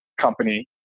company